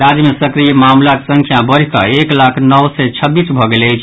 राज्य मे सक्रिय मामिलाक संख्या बढ़ि कऽ एक लाख नओ सय छब्बीस भऽ गेल अछि